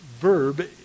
verb